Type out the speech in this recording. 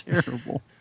terrible